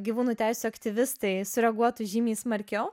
gyvūnų teisių aktyvistai sureaguotų žymiai smarkiau